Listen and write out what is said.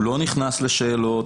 הוא לא נכנס לשאלות,